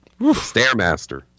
Stairmaster